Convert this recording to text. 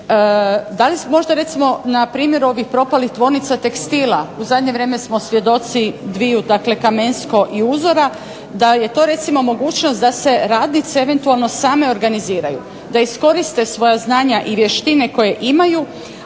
da li se možda recimo na primjeru ovih propalih tvornica tekstila, u zadnje vrijeme smo svjedoci dviju dakle Kamensko i Uzora, da je to recimo mogućnost da se radnice eventualno same organiziraju, da iskoriste svoja znanja i vještine koje imaju,